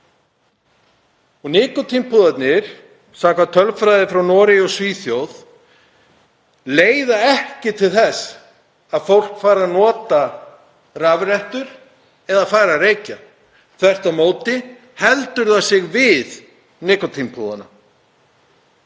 Nikótínpúðarnir, samkvæmt tölfræði frá Noregi og Svíþjóð, leiða ekki til þess að fólk fari að nota rafrettur eða fari að reykja þvert á móti heldur það sig við nikótínpúðana.